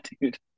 dude